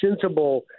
sensible